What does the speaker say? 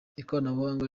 ikoranabuhanga